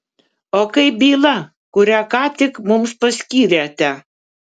o kaip byla kurią ką tik mums paskyrėte